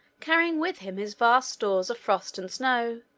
carrying with him his vast stores of frost and snow,